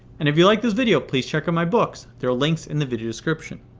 and if you like this video, please check out my books. there are links in the video description.